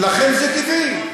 לכם זה טבעי.